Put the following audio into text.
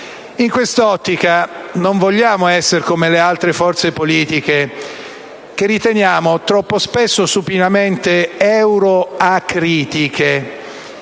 In quest'ottica, non vogliamo essere come le altre forze politiche, che riteniamo troppo spesso supinamente euro-acritiche,